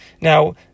Now